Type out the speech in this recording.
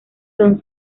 son